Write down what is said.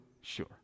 Sure